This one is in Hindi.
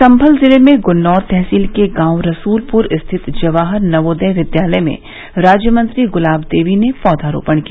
सम्भल जिले की गुन्नौर तहसील के गांव रसूलपुर स्थित जवाहर नवोदय विद्यालय में राज्य मंत्री गुलाब देवी ने पौधरोपण किया